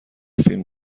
فیلم